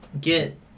get